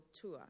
tour